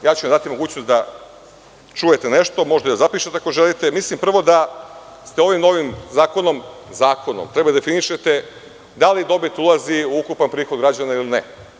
Ja ću vam dati mogućnost da čujete nešto, možda i da zapišete ako želite, mislim prvo da ste ovim novim zakonom trebali da definišete da li dobit ulazi u ukupan prihod građana ili ne.